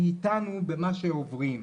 מאתנו, במה שעוברים.